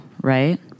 right